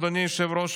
אדוני היושב-ראש,